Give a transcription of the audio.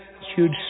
huge